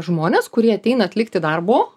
žmones kurie ateina atlikti darbo